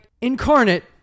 incarnate